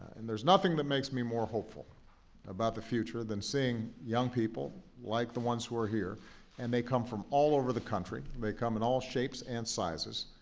and there's nothing that makes me more hopeful about the future than seeing young people like the ones who are here and they come from all over the country, they come in all shapes and sizes.